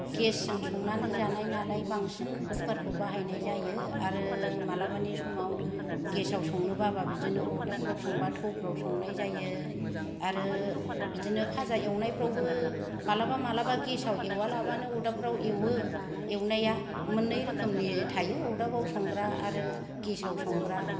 gas जों संनानै जानाय नालाय बांसिन कुकार खौ बाहायनाय जायो आरो मालाबानि समाव गेस आव संनो बाबा बिदिनो अरदाबफोराव संबा थौफ्राव संनाय जायो आरो बिदिनो फाजा एवनायफ्रावबो मालाबा मालाबा गेस आव एवालाबानो अरदाबफ्राव एवो एवनाया मोननै रोखोमनि थायो अरदाबाव संग्रा आरो गेस आव संग्रा